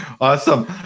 Awesome